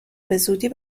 بزودی